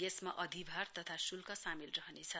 यसमा अधाभार तथा शुल्क सामेल रहनेछ